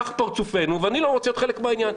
כך פרצופנו ואני לא רוצה להיות חלק מהעניין.